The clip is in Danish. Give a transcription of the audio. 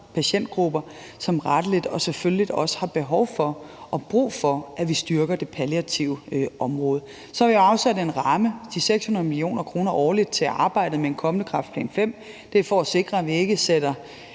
patientgrupper, som rettelig og selvfølgelig også har behov for og brug for, at vi styrker det palliative område. Så har vi afsat en ramme – de 600 mio. kr. årligt – til at arbejde med en kommende kræftplan V. Det er for at sikre, at vi ikke sætter